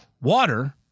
Water